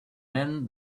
then